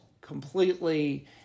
completely